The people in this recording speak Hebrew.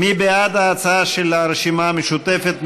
מי בעד ההצעה של הרשימה המשותפת?